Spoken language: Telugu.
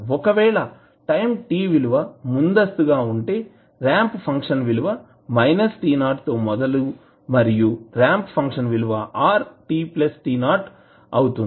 ఒకవేళ టైం t విలువ ముందస్తు గా ఉంటే రాంప్ ఫంక్షన్ విలువ t0 తో మొదలు మరియు రాంప్ ఫంక్షన్ విలువ r t t 0 అవుతుంది